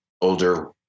older